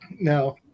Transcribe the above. No